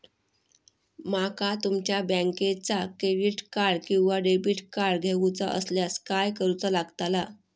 माका तुमच्या बँकेचा क्रेडिट कार्ड किंवा डेबिट कार्ड घेऊचा असल्यास काय करूचा लागताला?